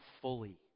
fully